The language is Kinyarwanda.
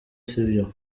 sivyo